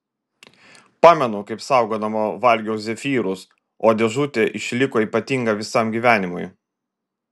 pamenu kaip saugodama valgiau zefyrus o dėžutė išliko ypatinga visam gyvenimui